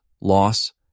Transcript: loss